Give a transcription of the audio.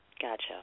Gotcha